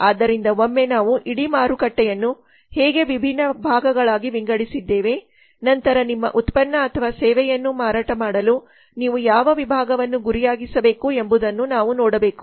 ಆದ್ದರಿಂದ ಒಮ್ಮೆ ನಾವು ಇಡೀ ಮಾರುಕಟ್ಟೆಯನ್ನು ಹೇಗೆ ವಿಭಿನ್ನ ಭಾಗಗಳಾಗಿ ವಿಂಗಡಿಸಿದ್ದೇವೆ ನಂತರ ನಿಮ್ಮ ಉತ್ಪನ್ನ ಅಥವಾ ಸೇವೆಯನ್ನು ಮಾರಾಟ ಮಾಡಲು ನೀವು ಯಾವ ವಿಭಾಗವನ್ನು ಗುರಿಯಾಗಿಸಬೇಕು ಎಂಬುದನ್ನು ನಾವು ನೋಡಬೇಕು